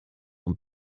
und